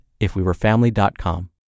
ifwewerefamily.com